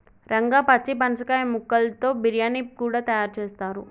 రంగా పచ్చి పనసకాయ ముక్కలతో బిర్యానీ కూడా తయారు చేస్తారు